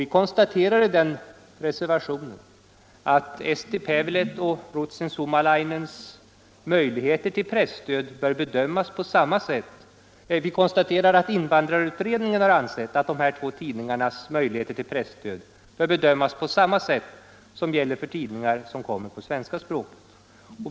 Vi konstaterar i den reservationen att invandrarutredningen ansett att Eesti Päevaleht och Ruotsin Suomalainens möjligheter till presstöd bör bedömas på samma sätt som när det gäller tidningar som utkommer på svenska språket.